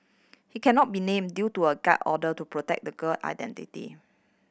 he cannot be named due to a gag order to protect the girl identity